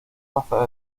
brazos